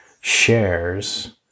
shares